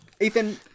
Ethan